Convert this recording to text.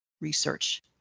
research